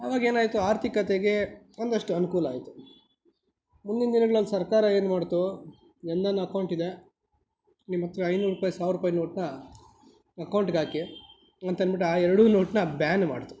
ಹಾಗಾಗಿ ಏನಾಯ್ತು ಆರ್ಥಿಕತೆಗೆ ಒಂದಷ್ಟು ಅನುಕೂಲ ಆಯಿತು ಮುಂದಿನ ದಿನಗಳಲ್ಲಿ ಸರ್ಕಾರ ಏನ್ಮಾಡಿತು ಜನಧನ್ ಅಕೌಂಟಿಗೆ ನಿಮ್ಮತ್ರ ಐನೂರು ರೂಪಾಯಿ ಸಾವಿರ ರೂಪಾಯಿ ನೋಟ್ನ ಅಕೌಂಟ್ಗಾಕಿ ಅಂತಂದ್ಬಿಟ್ಟು ಆ ಎರಡು ನೋಟ್ನ ಬ್ಯಾನ್ ಮಾಡಿತು